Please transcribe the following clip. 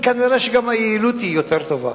כי כנראה שגם היעילות היא יותר טובה.